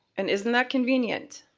and isn't that convenient,